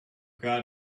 got